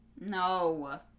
No